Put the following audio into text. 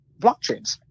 blockchains